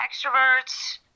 extroverts